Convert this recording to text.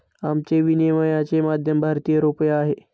आमचे विनिमयाचे माध्यम भारतीय रुपया आहे